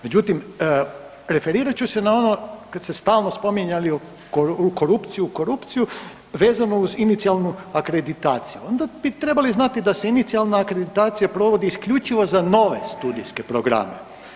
Međutim, referirat ću se na ono kad ste stalno spominjali korupciju, korupciju vezano uz inicijalnu akreditaciju, onda bi trebali znati da se inicijalna akreditacija provodi isključivo za nove studijske programe.